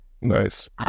nice